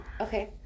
Okay